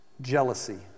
Jealousy